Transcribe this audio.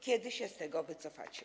Kiedy się z tego wycofacie?